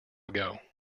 ago